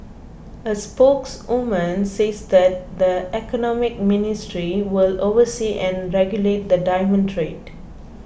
a spokeswoman says that the Economy Ministry will oversee and regulate the diamond trade